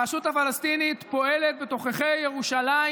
הרשות הפלסטינית פועלת בתוככי ירושלים